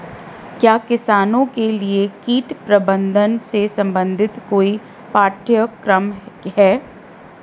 क्या किसानों के लिए कीट प्रबंधन से संबंधित कोई पाठ्यक्रम है?